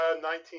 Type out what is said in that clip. Nineteen